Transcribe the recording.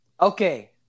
Okay